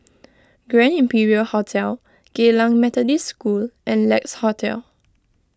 Grand Imperial Hotel Geylang Methodist School and Lex Hotel